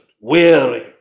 weary